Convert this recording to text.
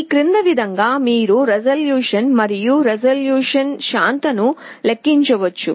ఈక్రింది విధంగా మీరు రిజల్యూషన్ మరియు రిజల్యూషన్ శాతంను లెక్కించవచ్చు